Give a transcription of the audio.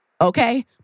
Okay